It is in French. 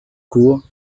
court